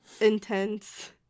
intense